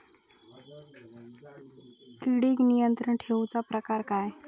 किडिक नियंत्रण ठेवुचा प्रकार काय?